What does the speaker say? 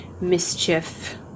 mischief